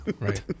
Right